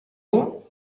bon